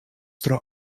tro